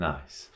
Nice